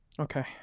Okay